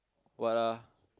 what ah